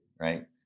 right